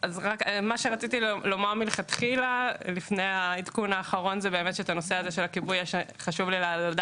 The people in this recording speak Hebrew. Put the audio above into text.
מה שרציתי לומר זה שחשוב לדעת